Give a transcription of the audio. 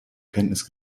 kenntnis